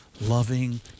loving